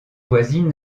voisines